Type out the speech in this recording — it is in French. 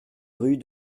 rue